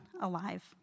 alive